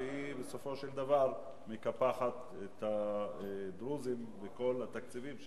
שהיא בסופו של דבר מקפחת את הדרוזים בכל התקציבים שהזכרת.